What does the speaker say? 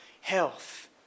health